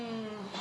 mm